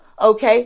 okay